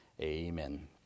Amen